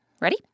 Ready